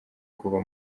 kuva